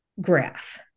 graph